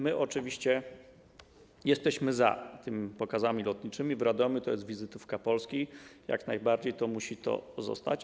My oczywiście jesteśmy za tymi pokazami lotniczymi w Radomiu, to jest wizytówka Polski, jak najbardziej to musi pozostać.